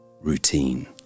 routine